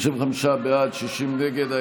55 בעד, 60 נגד.